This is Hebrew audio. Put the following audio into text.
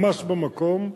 ממש במקום,